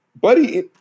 Buddy